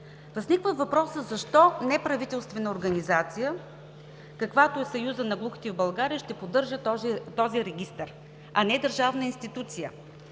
Възниква въпросът: защо неправителствена организация, каквато е Съюзът на глухите в България, ще поддържа този регистър, а не държавна институция?